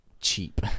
cheap